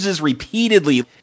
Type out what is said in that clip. repeatedly